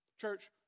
Church